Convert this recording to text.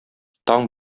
таң